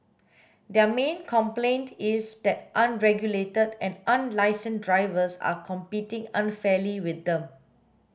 their main complaint is that unregulated and unlicensed drivers are competing unfairly with them